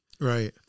Right